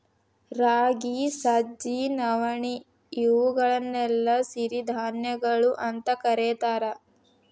ರಾಗಿ, ಸಜ್ಜಿ, ನವಣಿ, ಇವುಗಳನ್ನೆಲ್ಲ ಸಿರಿಧಾನ್ಯಗಳು ಅಂತ ಕರೇತಾರ